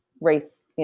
race